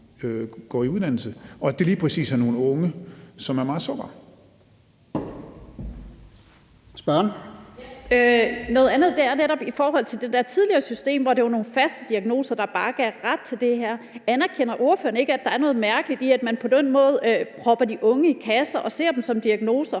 Brask): Spørgeren. Kl. 17:22 Karin Liltorp (M): Noget andet er netop i forhold til det der tidligere system, hvor det var nogle faste diagnoser, der bare gav ret til det her. Anerkender ordføreren ikke, at der er noget mærkeligt i, at man på den måde propper de unge i kasser og ser dem som diagnoser?